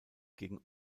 gegen